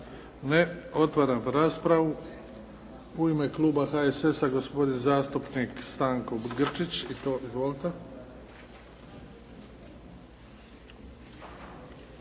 Ne. Otvaram raspravu. U ime kluba HSS-a gospodin zastupnik Stanko Grčić. Izvolite.